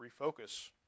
refocus